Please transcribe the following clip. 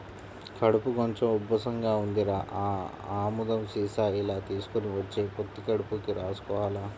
కడుపు కొంచెం ఉబ్బసంగా ఉందిరా, ఆ ఆముదం సీసా ఇలా తీసుకొని వచ్చెయ్, పొత్తి కడుపుకి రాసుకోవాల